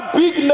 big